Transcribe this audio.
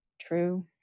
True